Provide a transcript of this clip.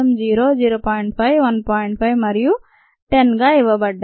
5 1 5 మరియు 10 గా ఇవ్వబడ్డాయి